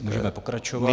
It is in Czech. Můžeme pokračovat.